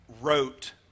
wrote